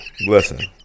Listen